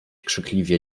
krzykliwie